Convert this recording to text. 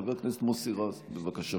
חבר הכנסת מוסי רז, בבקשה.